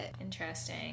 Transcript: Interesting